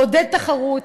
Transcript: לעודד תחרות,